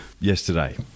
yesterday